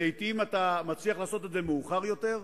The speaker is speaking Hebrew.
לעתים אתה מצליח לעשות את זה מאוחר יותר,